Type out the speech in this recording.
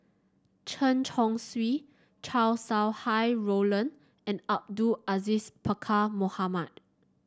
Chen Chong Swee Chow Sau Hai Roland and Abdul Aziz Pakkeer Mohamed